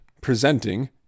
Presenting